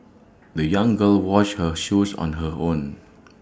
the young girl washed her shoes on her own